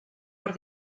per